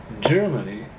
Germany